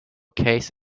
case